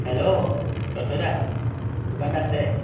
hello দত্তদা দোকানত আছে